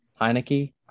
Heineke